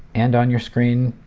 and on your screen,